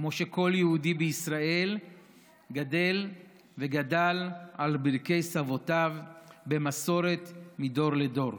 כמו שכל יהודי בישראל גדֵל וגדַל על ברכי סבותיו במסורת מדור לדור.